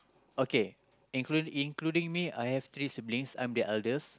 okay include including me I have three siblings I'm the eldest